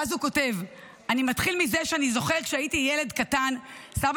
ואז הוא כותב: אני מתחיל מזה שאני זוכר שכשהייתי ילד קטן סבא